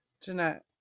Jeanette